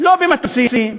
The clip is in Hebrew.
לא במטוסים,